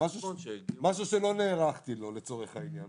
משהו שלא נערכתי לו לצורך העניין.